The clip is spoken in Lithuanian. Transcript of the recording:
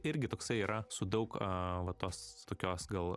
irgi toksai yra su daug va tos tokios gal